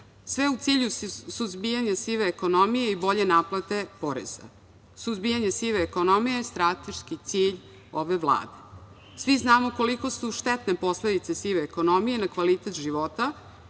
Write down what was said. sve u cilju suzbijanja sive ekonomije i bolje naplate poreza. Suzbijanje sive ekonomije je strateški cilj ove Vlade. Svi znamo koliko su štetne posledice sive ekonomije na kvalitet života